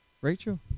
Rachel